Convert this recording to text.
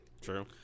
True